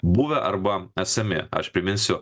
buvę arba esami aš priminsiu